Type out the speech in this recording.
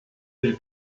del